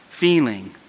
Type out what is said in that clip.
feeling